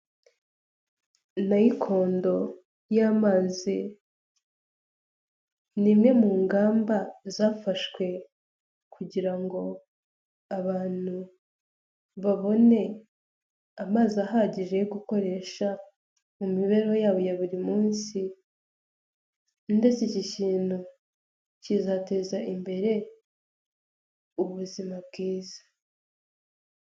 Nayikondo y'amazi, ni imwe mu ngamba zafashwe kugira ngo abantu babone amazi ahagije yo gukoresha mu mibereho yabo ya buri munsi, ndetse iki kintu kizateza imbere ubuzima bwiza.